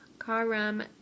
Karam